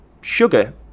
sugar